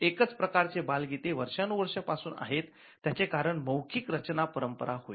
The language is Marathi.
एकच प्रकारचे बालगीते वर्षानुवर्ष पासून आहेत त्याचे कारण मौखिक रचना परंपरा होय